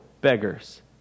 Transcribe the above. beggars